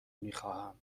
میخواهم